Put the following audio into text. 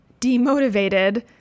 demotivated